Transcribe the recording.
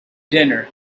dinner